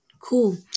Cool